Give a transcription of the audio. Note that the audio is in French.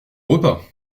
repas